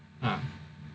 uh